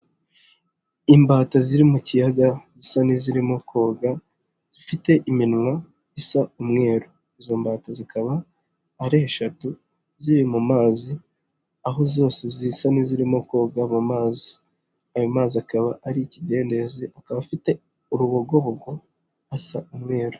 Imbata ziri mu kiyaga zisa n'izirimo koga, zifite iminwa isa umweru. Izo mbata zikaba ari eshatu ziri mu mazi, aho zose zisa n'izirimo koga mu mazi. Ayo mazi akaba ari ikidendezi akaba afite urubogobogo asa umweru.